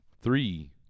Three